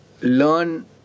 learn